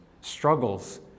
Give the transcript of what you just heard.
struggles